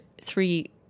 three—